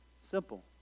Simple